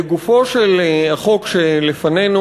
לגופו של החוק שלפנינו,